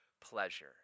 pleasure